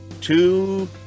two